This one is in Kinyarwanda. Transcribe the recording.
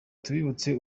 tubibutse